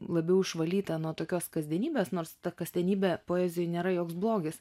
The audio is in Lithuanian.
labiau išvalyta nuo tokios kasdienybės nors ta kasdienybė poezijoj nėra joks blogis